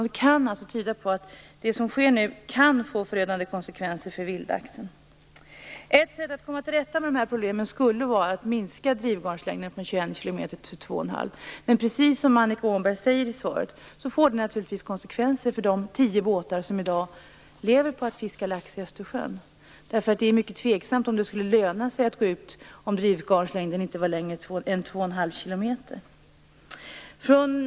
Det kan alltså tyda på att det som nu sker får förödande konsekvenser för vildlaxen. Ett sätt att komma till rätta med de här problemen skulle kunna vara att minska drivgarnslängden från 21 km till 2,5 km. Precis som Annika Åhnberg säger i svaret får det naturligtvis konsekvenser för de tio båtar som i dag lever av att fiska lax Östersjön. Det är nämligen mycket tveksamt om det skulle löna sig att gå ut om drivgarnen inte var längre än 2,5 km.